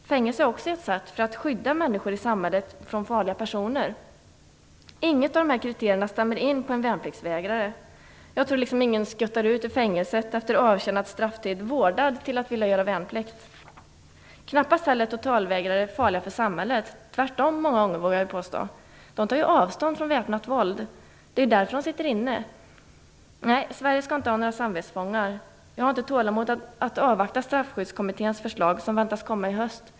Fängelse är också ett sätt att skydda människor i samhället från farliga personer. Inget av de här kriterierna stämmer in på en värnpliktsvägrare. Jag tror att ingen efter avtjänad strafftid liksom skuttar ut ur fängelset, vårdad till att vilja göra värnplikt. Knappast är totalvägrare heller farliga för samhället. Det är många gånger tvärtom, vill jag påstå. De tar avstånd från väpnat våld. Det är ju därför de sitter inne. Nej, Sverige skall inte ha några samvetsfångar. Jag har inte tålamod att avvakta Straffskyddskommitténs förslag, som väntas komma i höst.